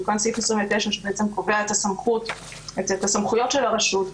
תוקן סעיף 29 שקובע את הסמכויות של הרשות.